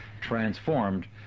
transformed